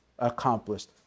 accomplished